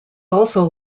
also